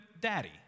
daddy